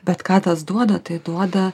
bet ką tas duoda tai duoda